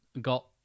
got